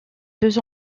deux